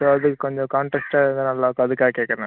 so அதுக்கு கொஞ்சம் கான்ட்ராஸ்ட்டா இருந்தால் நல்லா அதுக்காக கேட்குறேன் நான்